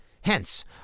Hence